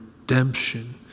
redemption